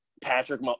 Patrick